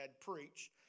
preach